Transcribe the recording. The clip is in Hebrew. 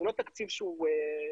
הוא לא תקציב שהוא מוזרם,